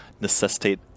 necessitate